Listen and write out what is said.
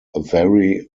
very